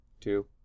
Two